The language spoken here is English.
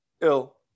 ill